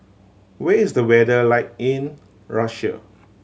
where is the weather like in Russia